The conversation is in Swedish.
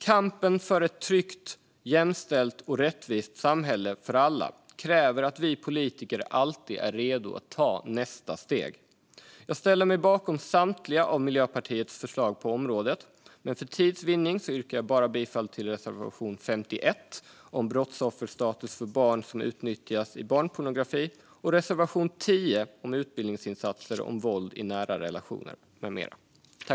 Kampen för ett tryggt, jämställt och rättvist samhälle för alla kräver att vi politiker alltid är redo att ta nästa steg. Jag ställer mig bakom samtliga Miljöpartiets förslag på området, men för tids vinnande yrkar jag bifall endast till reservation 50 om brottsofferstatus för barn som utnyttjas i barnpornografi och reservation 9 om utbildningsinsatser om våld i nära relationer med mera.